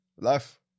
Life